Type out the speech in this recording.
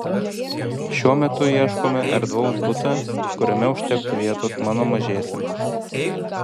šiuo metu ieškome erdvaus buto kuriame užtektų vietos mano mažiesiems